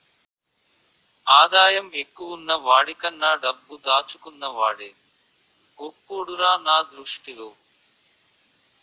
ఆదాయం ఎక్కువున్న వాడికన్నా డబ్బు దాచుకున్న వాడే గొప్పోడురా నా దృష్టిలో